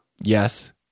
Yes